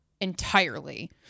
entirely